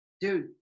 Dude